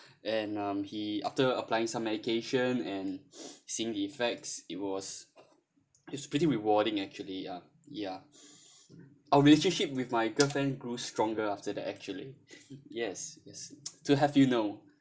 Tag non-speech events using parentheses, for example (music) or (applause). and um he after applying some medication and seeing the effects it was it's pretty rewarding actually ah ya our relationship with my girlfriend grew stronger after that actually yes yes (noise) to have you know